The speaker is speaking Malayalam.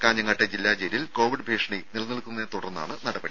കാഞ്ഞങ്ങാട്ടെ ജില്ലാ ജയിലിൽ കോവിഡ് ഭീഷണി നിലനിൽക്കുന്നതിനെ തുടർന്നാണ് നടപടി